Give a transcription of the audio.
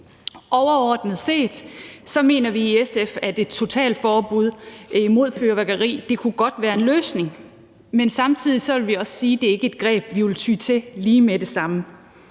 Overordnet set mener vi i SF, at et totalforbud imod fyrværkeri godt kunne være en løsning, men samtidig vil vi også sige, at det ikke er et greb, vi vil ty til lige med det samme.